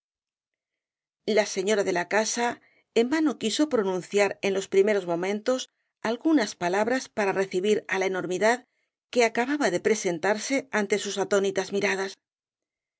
la señora de la casa en vano quiso pronunciar en el caballero de las botas azules los primeros momentos algunas palabras para recibir á la enormidad que acababa de presentarse ante sus atónitas miradas